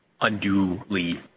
unduly